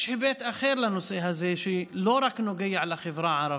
יש היבט אחר לנושא הזה, שלא נוגע רק לחברה הערבית.